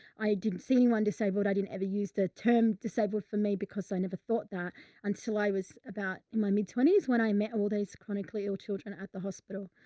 i didn't see anyone disabled. i didn't ever use the term disabled for me because i never thought that until i was about in my mid twenties when i met all these chronically ill children at the hospital.